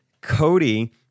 cody